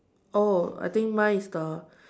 oh I think mine is the